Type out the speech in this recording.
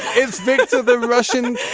it's viktor the russian and